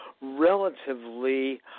relatively